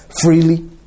freely